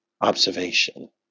observation